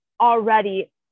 already